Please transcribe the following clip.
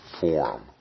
form